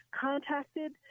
contacted